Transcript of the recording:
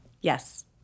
yes